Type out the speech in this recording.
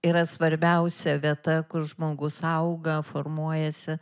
yra svarbiausia vieta kur žmogus auga formuojasi